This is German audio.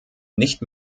nicht